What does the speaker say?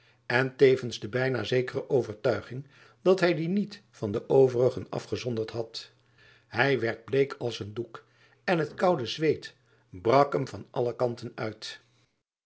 en tevens de byna zekere overtuiging dat hy dien niet van de overigen afgezonderd had hy werd bleek als een doek en het koude zweet brak hem van alle kanten uit